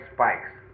Spikes